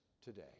today